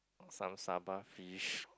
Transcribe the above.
or some Saba fish